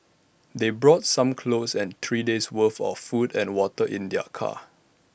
they brought some clothes and three days worth of food and water in their car